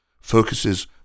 focuses